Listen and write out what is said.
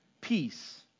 peace